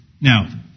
Now